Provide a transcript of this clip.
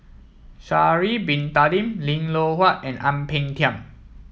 Sha'ari Bin Tadin Lim Loh Huat and Ang Peng Tiam